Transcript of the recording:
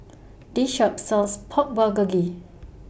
This Shop sells Pork Bulgogi